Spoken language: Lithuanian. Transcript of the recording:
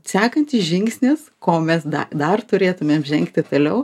sekantis žingsnis ko mes da dar turėtumėm žengti toliau